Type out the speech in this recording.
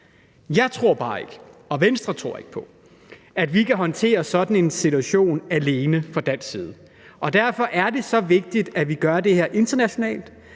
Jeg tror bare ikke på og Venstre tror ikke på, at vi kan håndtere sådan en situation alene fra dansk side. Derfor er det vigtigt, at vi gør det her internationalt.